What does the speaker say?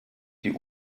die